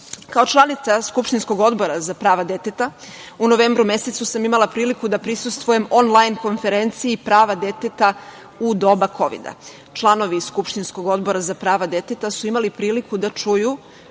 rad. Kao članica skupštinskog Odbora za prava deteta, u novembru mesecu sam imala priliku da prisustvujem on-lajn konferenciji prava deteta u doba kovida. Članovi skupštinskog Odbora za prava deteta su imali priliku da čuju